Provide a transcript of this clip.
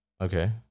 Okay